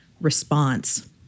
response